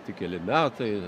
tik keli metai